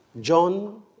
John